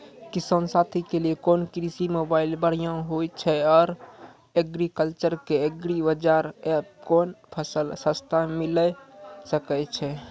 किसान साथी के लिए कोन कृषि मोबाइल बढ़िया होय छै आर एग्रीकल्चर के एग्रीबाजार एप कोन फसल सस्ता मिलैल सकै छै?